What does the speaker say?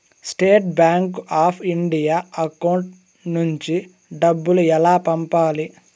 State bank of India account నుంచి డబ్బులు ఎలా పంపాలి?